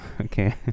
okay